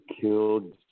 killed